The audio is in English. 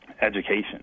education